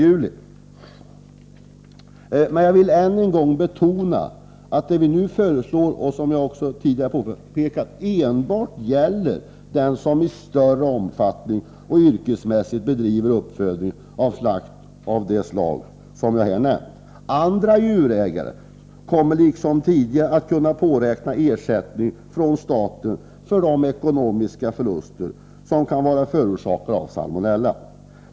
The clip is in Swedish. Jag vill än en gång betona att det vi nu föreslår, som jag tidigare har påpekat, enbart gäller dem som i större omfattning och yrkesmässigt bedriver uppfödning för slakt av det slag som jag här nämnt. Andra djurägare kommer liksom tidigare att kunna påräkna ersättning från staten för de ekonomiska förluster som kan vara förorsakade av salmonella.